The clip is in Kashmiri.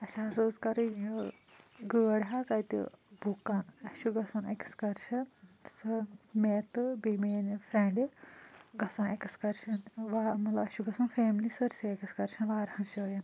اسہِ حظ ٲس کرٕنۍ یہِ گٲڑۍ حظ اَتہِ بُک اسہِ چھُ گَژھُن ایٚکسکرشَن سُہ مےٚ تہٕ بیٚیہِ میٛانہ فرٛیٚنٛڈِ گَژھُن ایٚکسکرشن وا مطلب اسہِ چھُ گَژھُن فیملی سٲرسٕے ایٚکسکرشن وارہان جٲین